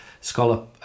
scholar